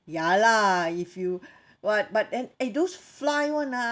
ya lah if you what but then eh those fly [one] ah